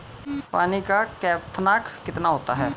पानी का क्वथनांक कितना होता है?